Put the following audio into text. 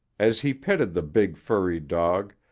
as he petted the big furry dog,